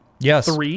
Yes